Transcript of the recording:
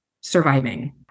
surviving